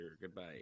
Goodbye